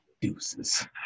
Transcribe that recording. deuces